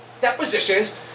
depositions